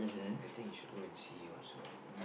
I think you should go and see also mm